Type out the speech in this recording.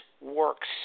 works